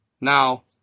Now